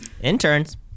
interns